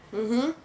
mmhmm